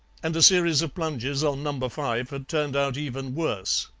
and a series of plunges on number five had turned out even worse.